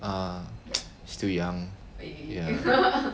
ah still young ya